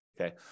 Okay